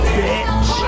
bitch